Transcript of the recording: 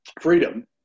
freedom